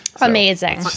Amazing